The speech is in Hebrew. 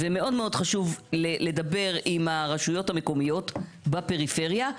ומאוד מאוד חשוב לדבר עם הרשויות המקומיות בפריפריה,